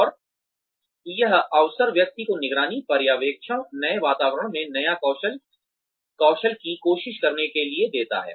और यह अवसर व्यक्ति को निगरानी पर्यवेक्षण नए वातावरण में नया कौशल की कोशिश करने के लिए देता है